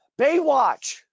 Baywatch